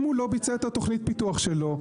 אם הוא לא ביצע את תוכנית הפיתוח שלו,